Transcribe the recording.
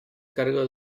cargo